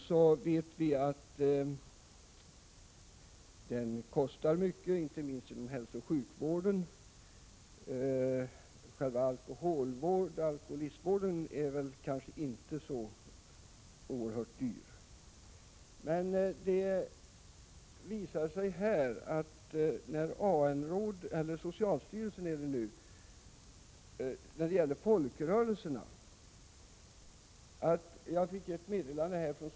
Vi vet att alkoholistvården kostar mycket, inte minst inom hälsooch sjukvården. Men själva alkoholistvården är kanske inte så oerhört dyr. Jag har i dag fått ett meddelande från socialstyrelsen om folkrörelsernas arbete inom detta område.